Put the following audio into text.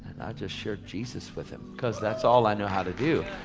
just shared jesus with him. cause that's all i know how to do.